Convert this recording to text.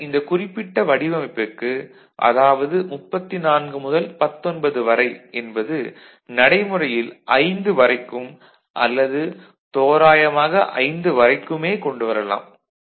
ஆக இந்த குறிப்பிட்ட வடிவமைப்புக்கு அதாவது 34 முதல் 19 வரை என்பது நடைமுறையில் 5 வரைக்கும் அல்லது தோராயமாக 5 வரைக்குமே கொண்டு வரலாம்